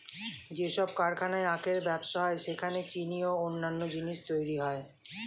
যেসব কারখানায় আখের ব্যবসা হয় সেখানে চিনি ও অন্যান্য জিনিস তৈরি হয়